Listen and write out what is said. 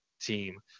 team